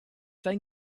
dein